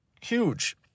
huge